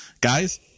Guys